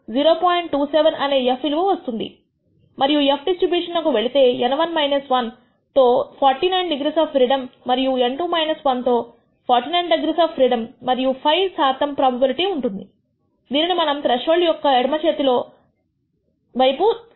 27 అనే f విలువ వస్తుంది మరియు f డిస్ట్రిబ్యూషన్ నకు వెళితే N1 1 తో 49 డిగ్రీస్ ఆఫ్ ఫ్రీడమ్ మరియు N2 1తో 49 డిగ్రీస్ ఆఫ్ ఫ్రీడమ్ మరియు 5 శాతము ప్రోబబిలిటీ ఉంటుంది దీనిని మనం త్రెష్హోల్డ్ యొక్క ఎడమచేతిలో వైపు 2